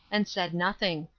and said nothing.